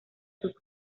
sus